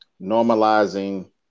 normalizing